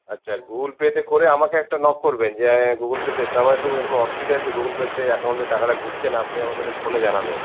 আচ্ছা গুগল পেতে করে আমাকে একটা নক করবেন যে গুগল পেতে এসছে আমার একটু এখন অসুবিধা আছে গুগল পেতে অ্যাকাউণ্টে টাকাটা ঢুকছে না আপনি আমাকে একটু ফোনে জানাবেন